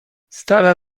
stara